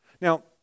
Now